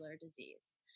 disease